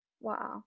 Wow